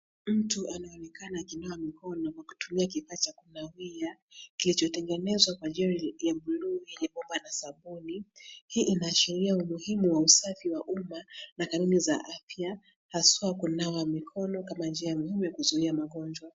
Mtu anaonekana akinawa mikono kwa kutumia kifaa cha kunawia kilichotengenezwa kwa jelly ya bluu yenye bomba na sabuni. Hii inaashiria umuhimu wa usafi wa uma na kanuni za afya haswa kunawa mikono kama njia muhimu ya kuzuia magonjwa.